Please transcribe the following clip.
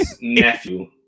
nephew